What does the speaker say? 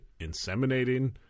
inseminating